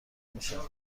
میشوند